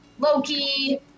Loki